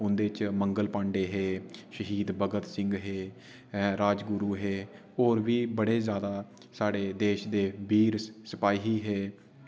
उंदे च मंगल पांडे हे शहीद भगत् सिंह् हे राजगुरु हे होर बी बड़े जैदा साढ़े देश दे वीर सिपाही हे